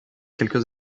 quelques